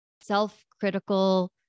self-critical